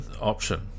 option